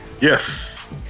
Yes